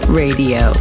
radio